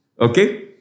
Okay